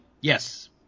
Yes